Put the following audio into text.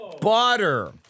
Butter